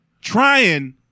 trying